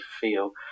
feel